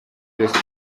byose